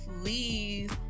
please